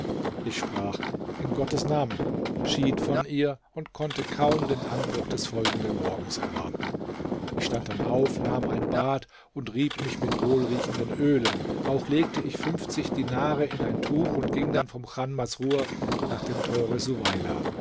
ich sprach in gottes namen schied von ihr und konnte kaum den anbruch des folgenden morgens erwarten ich stand dann auf nahm ein bad und rieb mich mit wohlriechenden ölen auch legte ich fünfzig dinare in ein tuch und ging dann vom chan masrur nach dem tore suweila